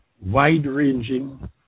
wide-ranging